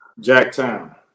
Jacktown